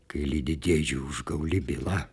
kai lydi dėdžių užgauli byla